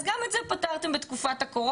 אז גם את זה פתרתם בתקופת הקורונה,